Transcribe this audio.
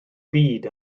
byd